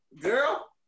Girl